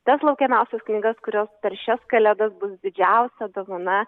tas laukiamiausias knygas kurios per šias kalėdas bus didžiausia dovana